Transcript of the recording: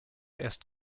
erst